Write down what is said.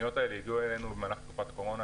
הפניות הללו הגיעו אלינו במהלך תקופת קורונה,